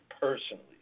personally